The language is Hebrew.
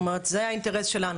זאת אומרת, זה האינטרס שלנו.